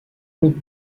ruines